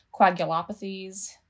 coagulopathies